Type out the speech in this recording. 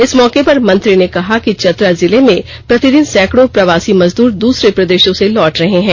इस मौके पर मंत्री ने कहा कि चतरा जिले में प्रतिदिन सैकड़ों प्रवासी मजदूर दूसरे प्रदेशों से लौट रहे हैं